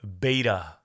beta